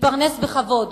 להתפרנס בכבוד,